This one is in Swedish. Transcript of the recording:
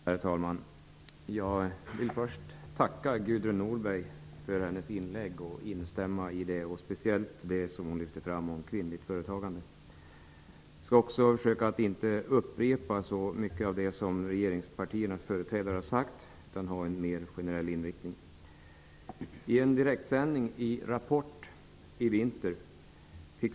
Herr talman! Jag vill först tacka Gudrun Norberg för hennes inlägg och instämma i det, speciellt i det hon lyfte fram om kvinnligt företagande. Jag skall försöka att i mitt anförande inte upprepa så mycket av det som regeringspartiernas företrädare har sagt, utan ha en mer generell inriktning.